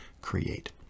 create